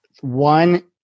One